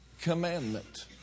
commandment